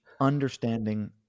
understanding